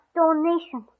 donation